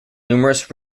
numerous